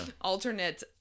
alternate